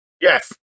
Yes